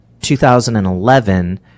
2011